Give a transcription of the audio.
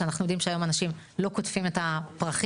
שאנחנו יודעים שהיום אנשים לא קוטפים את הפרחים,